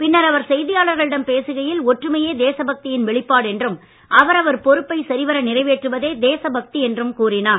பின்னர் அவர் செய்தியாளர்களிடம் பேசுகையில் ஒற்றுமையே தேசபக்தியின் வெளிப்பாடு என்றும் அவரவர் பொறுப்பை சரிவர நிறைவேற்றுவதே தேசபக்தி என்றும் கூறினார்